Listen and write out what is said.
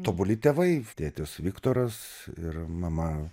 tobuli tėvai tėtis viktoras ir mama